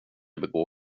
begå